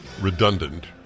redundant